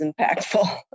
impactful